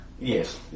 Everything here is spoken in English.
yes